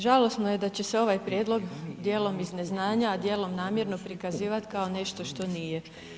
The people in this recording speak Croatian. Žalosno je da će se ovaj prijedlog djelom iz neznanja a djelom namjerno prikazivat kao nešto što nije.